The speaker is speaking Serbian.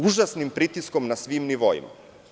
Užasnim pritiskom na svim nivoima.